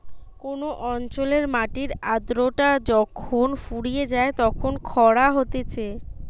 কোন অঞ্চলের মাটির আদ্রতা যখন ফুরিয়ে যায় তখন খরা হতিছে